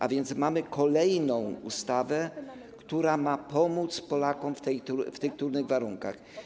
A więc mamy kolejną ustawę, która ma pomóc Polakom w tych trudnych warunkach.